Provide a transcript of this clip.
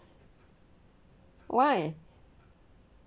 why